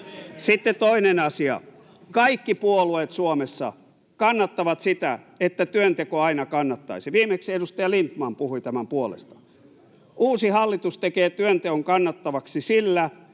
Sitten toinen asia. Kaikki puolueet Suomessa kannattavat sitä, että työnteko aina kannattaisi — viimeksi edustaja Lindtman puhui tämän puolesta. Uusi hallitus tekee työnteon kannattavaksi sillä,